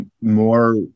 more